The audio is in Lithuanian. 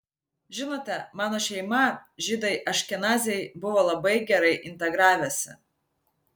žinote mano šeima žydai aškenaziai buvo labai gerai integravęsi